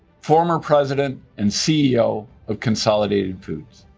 former president and ceo of consolidated foods,